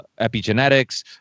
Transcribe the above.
epigenetics